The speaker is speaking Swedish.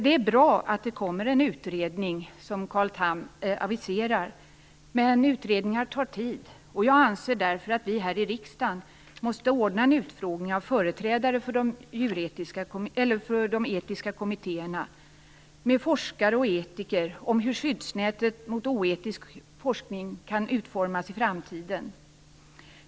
Det är bra att det skall tillsättas en utredning, som Carl Tham aviserar. Men utredningar tar tid. Jag anser därför att vi här i riksdagen måste anordna en utfrågning av företrädare för de etiska kommittéerna och av forskare och etiker om hur skyddsnätet mot oetiska forskning skall utformas i framtiden.